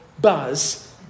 Buzz